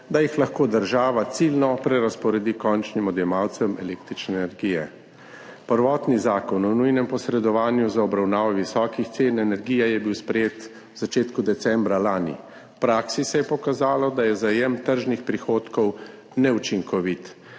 da jih lahko država ciljno prerazporedi končnim odjemalcem električne energije. Prvotni zakon o nujnem posredovanju za obravnavo visokih cen energije je bil sprejet v začetku decembra lani. V praksi se je pokazalo, da je zajem tržnih prihodkov neučinkovit.